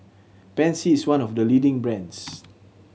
pansy is one of the leading brands